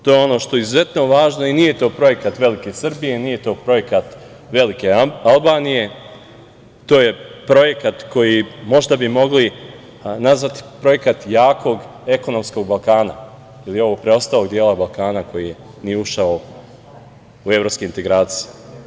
To je ono što je izuzetno važno i nije to projekat velike Srbije, nije to projekat velike Albanije, to je projekat koji možda bi mogli nazvati projekat jakog ekonomskog Balkana ili ovog preostalog dela Balkana koji nije ušao u evropske integracije.